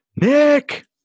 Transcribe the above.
Nick